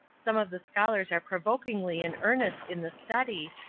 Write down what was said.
some of the scholars are provokingly in earnest in the study,